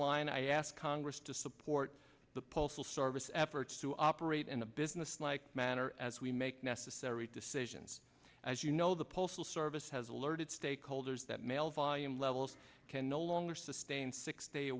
line i ask congress to support the postal service efforts to operate in the businesslike manner as we make necessary decisions as you know the postal service has alerted stakeholders that mail volume levels can no longer sustain six day a